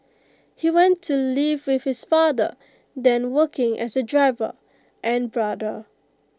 he went to live with his father then working as A driver and brother